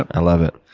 um i love it.